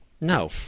No